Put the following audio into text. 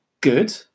good